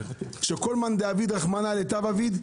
ש"כל מאן דעביד רחמנא לטב עביד",